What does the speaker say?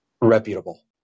reputable